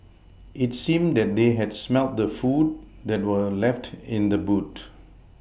it seemed that they had smelt the food that were left in the boot